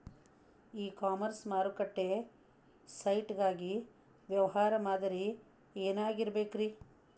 E commerce ಮಾರುಕಟ್ಟೆ site ಗಾಗಿ ವ್ಯವಹಾರ ಮಾದರಿ ಏನಾಗಿರಬೇಕ್ರಿ?